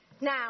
Now